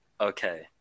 Okay